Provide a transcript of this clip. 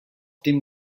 dem